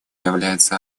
является